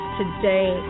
today